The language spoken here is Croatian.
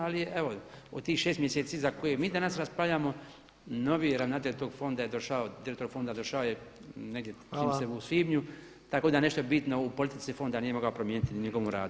Ali evo u tih šest mjeseci za koje mi danas raspravljamo novi ravnatelj tog fonda je došao, direktor fonda došao je negdje čini mi se u svibnju, tako da nešto bitno u politici fonda nije mogao promijeniti, ni u njegovom